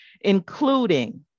including